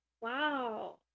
wow